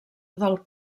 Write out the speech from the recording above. del